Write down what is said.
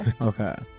Okay